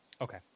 Okay